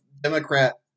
Democrat